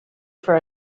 for